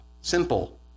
Simple